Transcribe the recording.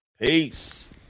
Peace